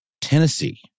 Tennessee